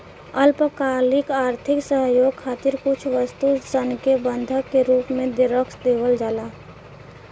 अल्पकालिक आर्थिक सहयोग खातिर कुछ वस्तु सन के बंधक के रूप में रख देवल जाला